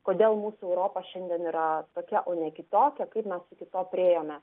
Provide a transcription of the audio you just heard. kodėl mūsų europa šiandien yra tokia o ne kitokia kaip mes iki to priėjome